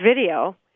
video